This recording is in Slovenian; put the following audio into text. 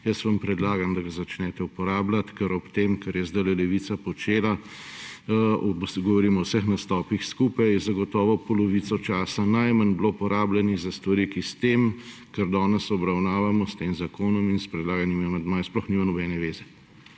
Jaz vam predlagam, da ga začnete uporabljati, ker ob tem, kar je zdajle Levica počela, govorim o vseh nastopih skupaj, je zagotovo najmanj polovico časa bilo porabljenega za stvari, ki s tem, kar danes obravnavamo – s tem zakonom in s predlaganimi amandmaji – sploh nima nobene zveze.